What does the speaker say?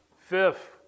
Fifth